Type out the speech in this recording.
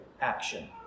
action